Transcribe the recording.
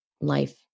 life